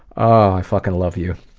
i fuckin' love you.